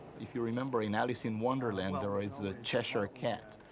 if you remember in alice in wonderland there is a cheshire cat.